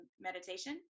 meditation